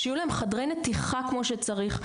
שיהיו להם חדרי נתיחה כמו שצריך.